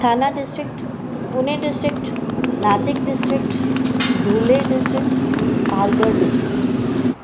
Thane district Pune district Nashik district Dhule district Palghar district